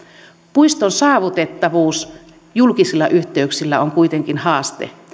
puiston saavutettavuus julkisilla yhteyksillä on kuitenkin haaste